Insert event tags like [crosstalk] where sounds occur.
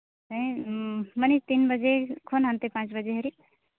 ᱦᱮᱸ [unintelligible] ᱢᱟᱱᱮ ᱛᱤᱱ ᱵᱟᱡᱮ ᱠᱷᱚᱱ ᱦᱟᱱᱛᱮ ᱯᱟᱸᱪ ᱵᱟᱡᱮ ᱦᱟᱹᱨᱤᱡ